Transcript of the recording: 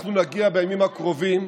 אנחנו נגיע בימים הקרובים